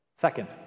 Second